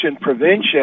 prevention